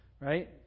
Right